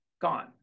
gone